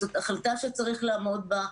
זאת החלטה שצריך לעמוד בה,